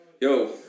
Yo